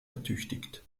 ertüchtigt